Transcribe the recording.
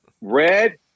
Red